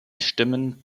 stimmen